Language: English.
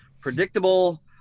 predictable